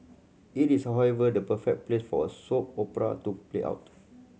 it is however the perfect place for a soap opera to play out